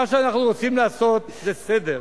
מה שאנחנו רוצים לעשות זה סדר.